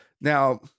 Now